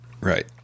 Right